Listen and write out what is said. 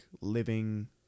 living